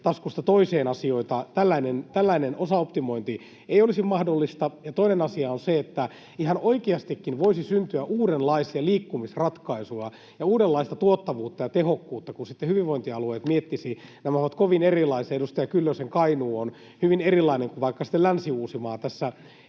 Tällainen osaoptimointi ei olisi mahdollista. Ja toinen asia on se, että ihan oikeastikin voisi syntyä uudenlaisia liikkumisratkaisuja ja uudenlaista tuottavuutta ja tehokkuutta, kun hyvinvointialueet näitä sitten miettisivät. Ne ovat kovin erilaisia — edustaja Kyllösen Kainuu on hyvin erilainen kuin vaikka sitten Länsi-Uusimaa